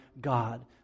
God